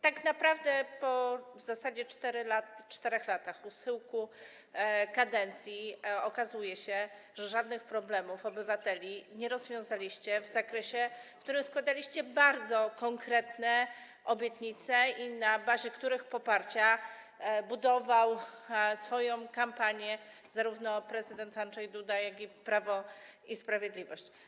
Tak naprawdę w zasadzie po 4 latach, u schyłku kadencji okazuje się, że żadnych problemów obywateli nie rozwiązaliście w zakresie, w którym składaliście bardzo konkretne obietnice, na bazie poparcia których budował swoją kampanię zarówno prezydent Andrzej Duda, jak i Prawo i Sprawiedliwość.